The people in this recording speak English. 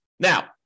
Now